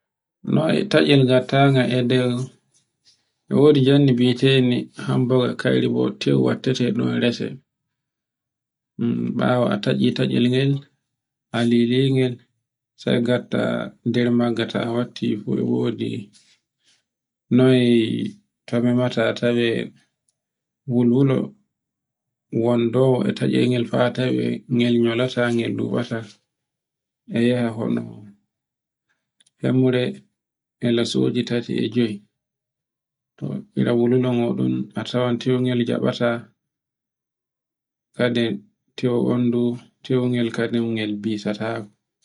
Noy taccel ngattama e dow e wodijannde bi'etnde hambore kayre botew wattete ɗo rese, ɓawo a tacci taccel ngale sai gatta nder magga ta watti fu e wodi noy to memata tawe wulwulo wondowo e taccel ngel fa tawe ngael nyolnata ngel wuwata, e yahono, hemre e lasoji tati e joy. to ira wulwulo ngo ɗum a tawan watigo jabata kadin tew bandu, te'ungel kadin ngel bisatako